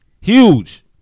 Huge